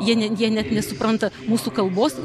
jie net jie net nesupranta mūsų kalbos